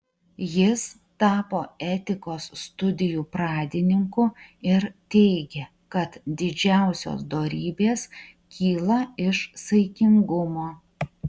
jis tapo etikos studijų pradininku ir teigė kad didžiausios dorybės kyla iš saikingumo